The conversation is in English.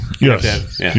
Yes